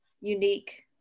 unique